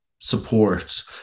support